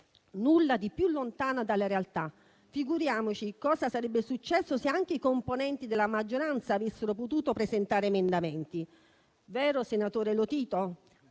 Nulla di più lontano dalla realtà. Figuriamoci cosa sarebbe successo se anche i componenti della maggioranza avessero potuto presentare emendamenti. È vero, senatore Lotito?